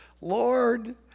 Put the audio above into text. Lord